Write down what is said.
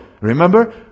remember